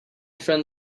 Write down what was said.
friend